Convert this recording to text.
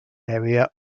area